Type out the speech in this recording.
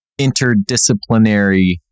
interdisciplinary